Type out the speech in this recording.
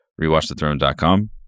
rewatchthethrone.com